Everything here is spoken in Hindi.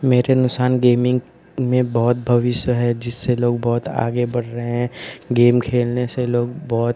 मेरे अनुसार गेमिन्ग में बहुत भविष्य है जिससे लोग बहुत आगे बढ़ रहे हैं गेम खेलने से लोग बहुत